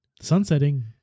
sunsetting